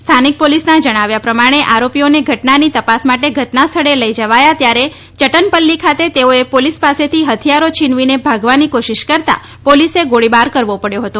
સ્થાનિક પોલીસના જણાવ્યા પ્રમાણે આરોપીઓને ઘટનાની તપાસ માટે ઘટના સ્થળે લઈ જવાયા ત્યારે ચટનપલ્લી ખાતે તેઓએ પોલીસ પાસેથી હથિયારો છીનવીને ભાગવાની કોશિશ કરતા પોલીસે ગોળીબાર કરવો પડ્યો હતો